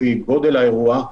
לפי גודל האירוע,